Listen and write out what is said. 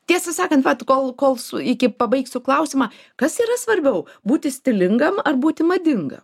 tiesą sakan kol kol su iki pabaigsiu klausimą kas yra svarbiau būti stilingam ar būti madinga